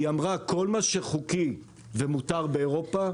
היא אמרה: כל מה שחוקי ומותר באירופה,